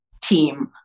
team